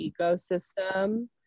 ecosystem